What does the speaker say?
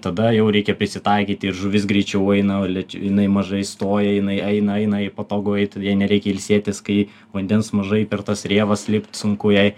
tada jau reikia prisitaikyti ir žuvys greičiau eina lėčiau jinai mažai stoja jinai eina eina jai patogu eit jai nereikia ilsėtis kai vandens mažai per tas rėvas lipti sunku jai